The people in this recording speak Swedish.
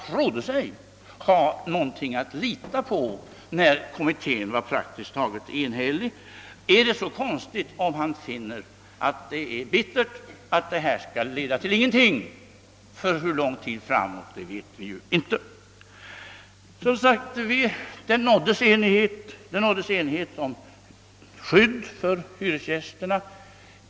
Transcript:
Inrikesministern hade ju äntligen lyckats jämka samman alla de intressen som var representerade, och han trodde sig ha någonting att lita på när kommittén var praktiskt taget enhällig i sin uppfattning. Det nåddes alltså enighet om ett långt gående skydd för hyresgästerna.